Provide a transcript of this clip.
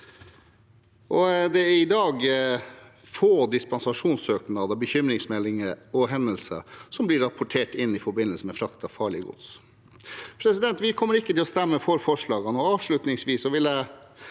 Det er i dag få dispensasjonssøknader, bekymringsmeldinger og henvendelser som blir rapportert inn i forbindelse med frakt av farlig gods. Vi kommer ikke til å stemme for forslagene. Avslutningsvis vil jeg